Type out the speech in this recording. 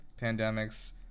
pandemics